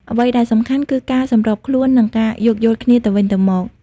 អ្វីដែលសំខាន់ គឺការសម្របខ្លួន និងការយោគយល់គ្នាទៅវិញទៅមក។